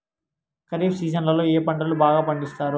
ఖరీఫ్ సీజన్లలో ఏ పంటలు బాగా పండిస్తారు